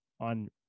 on